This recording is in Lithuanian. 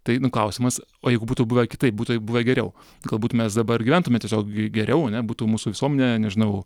tai klausimas o jeigu būtų buvę kitaip būtų buvę geriau galbūt mes dabar gyventume tiesiog g geriau ane būtų mūsų visuomenė nežinau